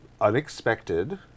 unexpected